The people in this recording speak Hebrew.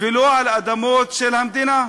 ולא על אדמות של המדינה.